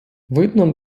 видно